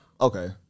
okay